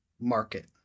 market